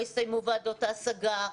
לא הסתיימו ועדות ההשגה,